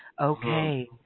Okay